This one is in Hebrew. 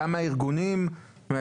גם מהארגונים.